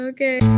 Okay